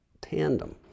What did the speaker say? tandem